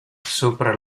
sopra